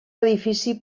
edifici